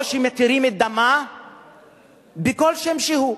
או שמתירים את דמה בכל שם שהוא.